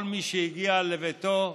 כל מי שהגיע לביתו,